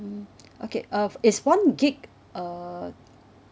mm okay uh is one gigabyte err